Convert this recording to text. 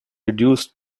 reduced